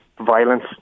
violence